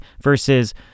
versus